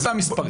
זה אותם מספרים.